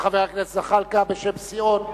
תודה רבה לחבר הכנסת זחאלקה בשם סיעות בל"ד,